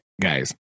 guys